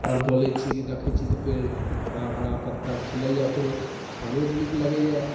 आओर बोलैत छी कि देखैत छी तऽ पेड़ हरा भरा पत्ता खिलैए ओकरो तऽ हमरो नीक लगैए